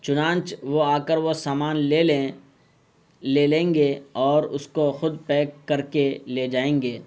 چنانچہ وہ آ کر وہ سامان لے لیں لے لیں گے اور اس کو خود پیک کر کے لے جائیں گے